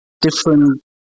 different